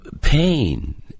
pain